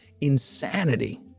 insanity